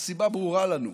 הסיבה ברורה לנו.